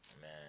Man